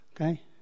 Okay